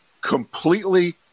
Completely